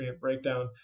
breakdown